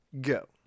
Go